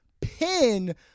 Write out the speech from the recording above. pin